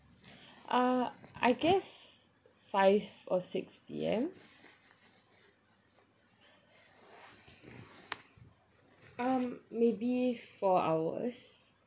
uh I guess five or six P_M um maybe four hours